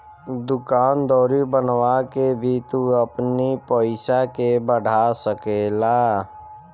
दूकान दौरी बनवा के भी तू अपनी पईसा के बढ़ा सकेला